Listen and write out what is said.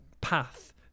path